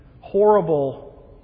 horrible